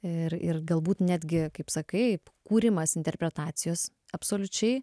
ir ir galbūt netgi kaip sakai kūrimas interpretacijos absoliučiai